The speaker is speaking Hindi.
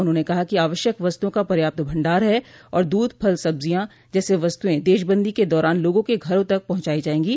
उन्होंने कहा कि आवश्यक वस्तुओं का पर्याप्त भंडार है आर दूध फल सब्जियों जैसे वस्तुएं देशबंदी के दौरान लोगों के घरों तक पहुंचायी जाएंगी